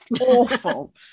awful